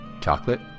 Chocolate